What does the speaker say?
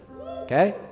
Okay